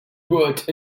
bought